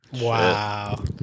Wow